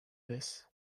this